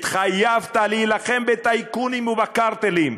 התחייבת להילחם בטייקונים ובקרטלים,